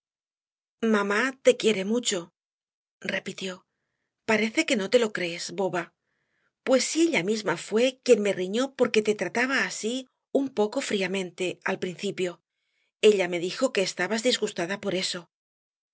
mamá te quiere mucho repitió parece que no lo crees boba pues si ella misma fué quien me riñó porque te trataba así un poco fríamente al principio ella me dijo que estabas disgustada por eso